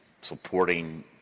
supporting